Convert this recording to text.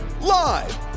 Live